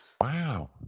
Wow